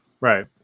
Right